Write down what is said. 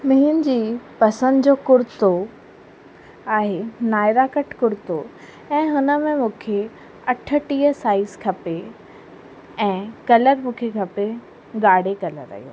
मुंहिंजी पसंदि जो कुर्तो आहे नायरा कट कुर्तो ऐं हुन में मूंखे अठटीह साइज़ खपे ऐं कलर मूंखे खपे ॻाढ़े कलर जो